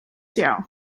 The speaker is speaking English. xiao